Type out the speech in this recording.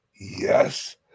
Yes